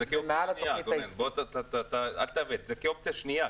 זה כאופציה שנייה.